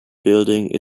building